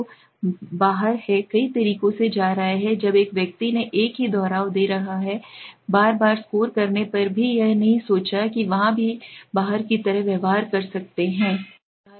तो बहार है कई तरीकों से जा रहा है जब एक व्यक्ति ने एक ही दोहराव दे रहा है बार बार स्कोर करने पर भी यह नहीं सोचा कि वहाँ भी बाहर की तरह व्यवहार कर सकते हैं ठीक है